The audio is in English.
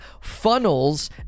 funnels